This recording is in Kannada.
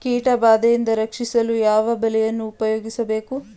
ಕೀಟಬಾದೆಯಿಂದ ರಕ್ಷಿಸಲು ಯಾವ ಬಲೆಯನ್ನು ಉಪಯೋಗಿಸಬೇಕು?